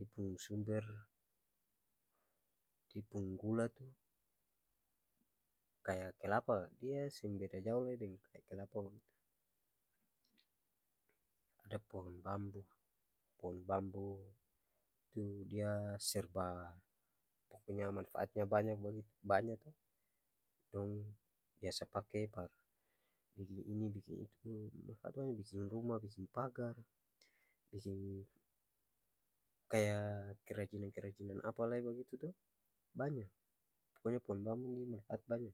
dia pung sumber dia pung gula tuh kaya kelapa dia seng beda jao lai deng kaya kelapa bagitu. Ada pohong bambu, pohong bambu itu dia serba manfatnya banya bagitu, dong biasa pake par biking ini biking itu, akang biking rumah biking pagar, biking kaya kerajinan-kerajinan apalai bagitu toh banya, pokonya pohong bambu nih manfaatnya banya.